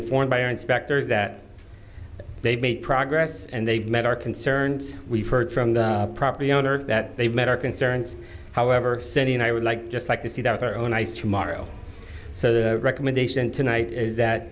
informed by our inspectors that they've made progress and they've met our concerns we've heard from the property owner of that they've met our concerns however city and i would like just like to see that with our own eyes tomorrow so the recommendation tonight is that